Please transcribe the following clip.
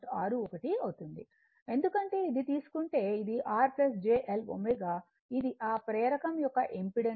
61 అవుతుంది ఎందుకంటే ఇది తీసుకుంటే ఇది r j L ω ఇది ఆ ప్రేరకం యొక్క ఇంపెడెన్స్